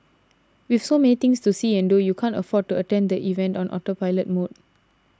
with so many things to see and do you can't afford to attend the event on autopilot mode